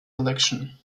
election